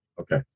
okay